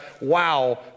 wow